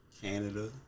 Canada